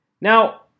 Now